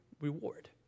reward